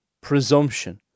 presumption